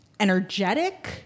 Energetic